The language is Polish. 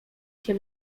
się